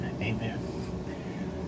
Amen